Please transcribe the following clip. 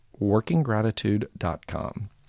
workinggratitude.com